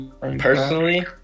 personally